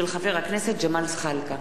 הצעה לסדר-היום של חבר הכנסת ג'מאל זחאלקה.